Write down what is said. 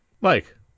Mike